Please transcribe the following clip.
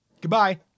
goodbye